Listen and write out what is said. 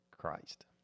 Christ